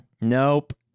Nope